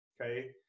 okay